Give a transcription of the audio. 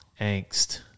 angst